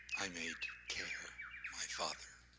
i made care my father.